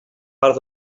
part